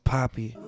Poppy